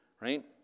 right